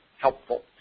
helpful